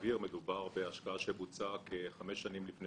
מדובר בהשקעה שבוצעה כחמש שנים לפני